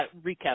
Recap